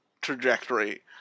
trajectory